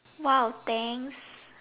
!wow! thanks